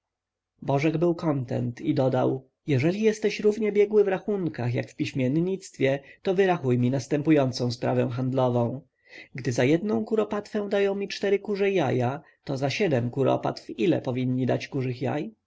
bożek był kontent i dodał jeżeli jesteś równie biegły w rachunkach jak w piśmiennictwie to wyrachuj mi następującą sprawę handlową gdy za jedną kuropatwę dają mi cztery kurze jaja to za siedem kuropatw ile powinni dać kurzych jaj